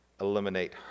eliminate